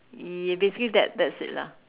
y~ basically that that's it lah